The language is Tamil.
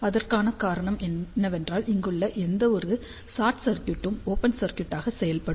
அதற்கான காரணம் என்னவென்றால் இங்குள்ள எந்தவொரு ஷார்ட் சர்க்யூட்டும் ஓபன் சர்க்யூட் ஆக செயல்படும்